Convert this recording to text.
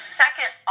second